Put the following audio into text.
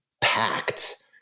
packed